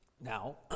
Now